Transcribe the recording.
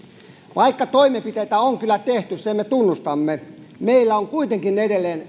vaikka toimenpiteitä on kyllä tehty sen me tunnustamme meillä on kuitenkin edelleen